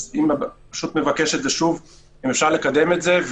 אז אני מבקש שוב, אם אפשר לקדם את זה.